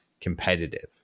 competitive